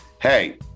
Hey